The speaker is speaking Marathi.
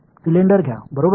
सिलेंडर घ्या बरोबर आहे